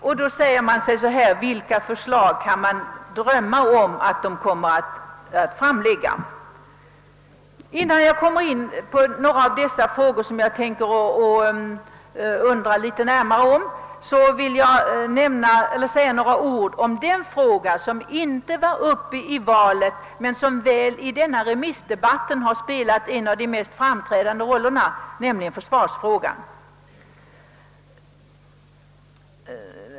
Man undrar vad för sorts förslag som då kan komma att framläggas. Innan jag går in på några av de problem, som jag skulle vilja ställa några frågor kring, vill jag säga ett par ord om en sak som inte var uppe i valrörelsen men som i denna remissdebatt spelat en av de mest framträdande rollerna, nämligen försvarsfrågan.